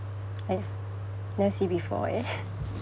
!aiya! never see before eh